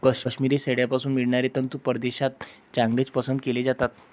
काश्मिरी शेळ्यांपासून मिळणारे तंतू परदेशात चांगलेच पसंत केले जातात